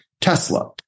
Tesla